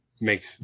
makes